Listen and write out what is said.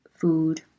food